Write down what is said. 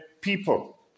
people